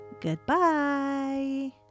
Goodbye